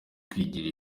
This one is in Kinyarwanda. kwigira